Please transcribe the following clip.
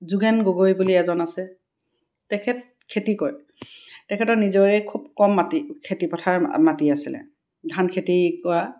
যোগেন গগৈ বুলি এজন আছে তেখেত খেতি কৰে তেখেতৰ নিজৰেই খুব কম মাটি খেতি পথাৰ মাটি আছিলে ধান খেতি কৰা